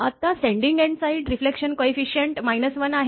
आता sending end side reflection coefficient 1 आहे